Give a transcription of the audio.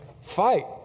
fight